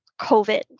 COVID